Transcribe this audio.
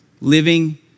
Living